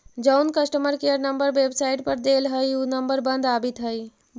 जउन customer care number website पर देल हई ऊ नंबर बंद आबित हई